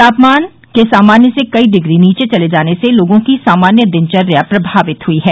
तापमान के सामान्य से कई डिग्री नीचे चले जाने से लोगों की सामान्य दिनचर्या प्रभावित हुई है